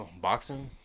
Boxing